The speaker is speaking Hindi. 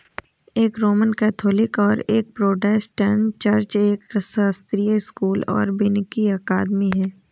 एक रोमन कैथोलिक और एक प्रोटेस्टेंट चर्च, एक शास्त्रीय स्कूल और वानिकी अकादमी है